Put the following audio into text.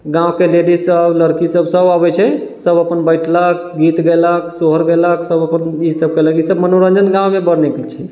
गाँवके लेडिजसब लड़कीसब सब अबै छै सब अपन बैठलक गीत गेलक सोहर गेलक सब अपन ईसब केलक मनोरञ्जन गाँवमे बड्ड मिलै छै